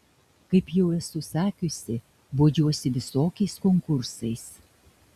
kaip jau esu sakiusi bodžiuosi visokiais konkursais